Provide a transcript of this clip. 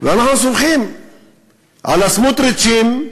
ואנחנו סומכים על הסמוטריצים,